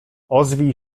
ozwij